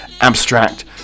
abstract